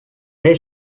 they